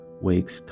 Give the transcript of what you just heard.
wakes